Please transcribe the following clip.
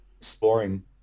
exploring